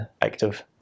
Active